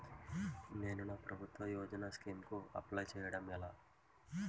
నేను నా ప్రభుత్వ యోజన స్కీం కు అప్లై చేయడం ఎలా?